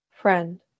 friend